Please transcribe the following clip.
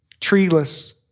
treeless